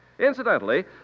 Incidentally